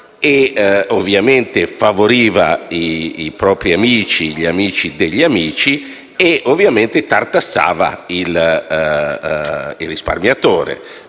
che ovviamente favoriva i propri amici e gli amici degli amici e che tartassava il risparmiatore